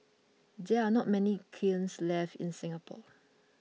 there are not many kilns left in Singapore